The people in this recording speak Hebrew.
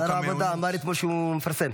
שר העבודה אמר אתמול שהוא מפרסם.